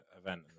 event